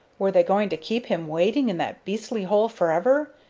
were they going to keep him waiting in that beastly hole forever?